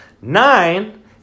Nine